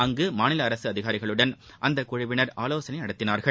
அங்கு மாநில அரசு அதிகாரிகளுடன் இந்த குழுவினர் ஆலோசனை நடத்தினார்கள்